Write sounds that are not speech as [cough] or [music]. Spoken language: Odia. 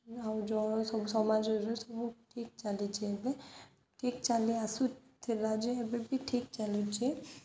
ଆଉ [unintelligible] ସବୁ ସମାଜରେ ସବୁ ଠିକ ଚାଲିଛି ଏବେ ଠିକ ଚାଲି ଆସୁଥିଲା ଯେ ଏବେ ବି ଠିକ ଚାଲୁଛି